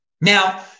Now